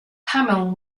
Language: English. hamill